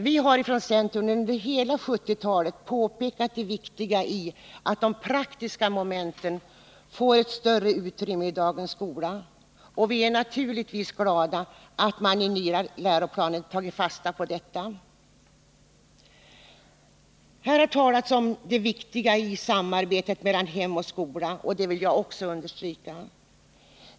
Vi har ifrån centern under hela 1970-talet påpekat det viktiga i att de praktiska momenten får större utrymme i dagens skola, och vi är naturligtvis glada över att man i den nya läroplanen tagit fasta på detta. Här har talats om det viktiga i samarbetet mellan hem och skola. Det vill jag också understryka.